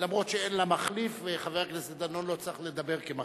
אף שאין לה מחליף וחבר הכנסת דנון לא צריך לדבר כמחליף.